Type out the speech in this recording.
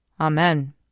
Amen